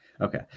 Okay